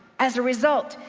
as a result,